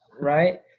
right